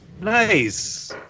nice